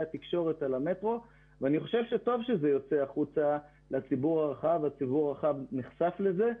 התקשורת על המטרו ואני חושב שטוב שזה יוצא החוצה לציבור הרחב והוא נחשף לזה.